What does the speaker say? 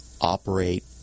operate